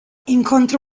incontra